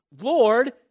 Lord